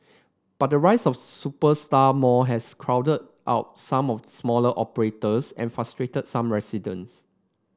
but the rise of superstar mall has crowded out some of smaller operators and frustrated some residents